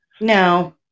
no